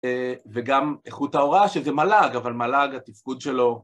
וגם איכות ההוראה שזה מל"ג אבל מל"ג התפקוד שלו